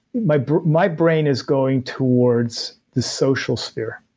my my brain is going towards the social sphere